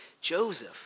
Joseph